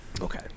Okay